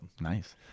Nice